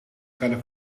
felle